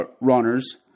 runners